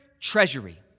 treasury